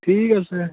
ঠিক আছে